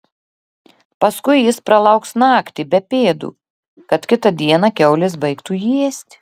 paskui jis pralauks naktį be pėdų kad kitą dieną kiaulės baigtų jį ėsti